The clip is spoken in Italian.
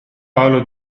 paolo